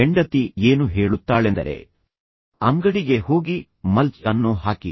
ಹೆಂಡತಿ ಏನು ಹೇಳುತ್ತಾಳೆಂದರೆ ಅಂಗಡಿಗೆ ಹೋಗಿ ಮಲ್ಚ್ ಅನ್ನು ಹಾಕಿ